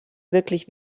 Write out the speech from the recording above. wirklich